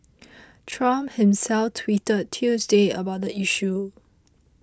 Trump himself tweeted Tuesday about the issue